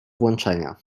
włączenia